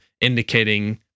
indicating